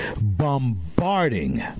bombarding